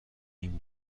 این